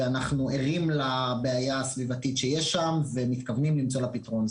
אנחנו ערים לבעיה הסביבתית שיש שם ומתכוונים למצוא לה פתרון,